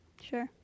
Sure